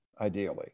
ideally